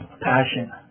passion